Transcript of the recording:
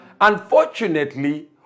Unfortunately